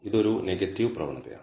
ഇത് ഒരു നെഗറ്റീവ് പ്രവണതയാണ്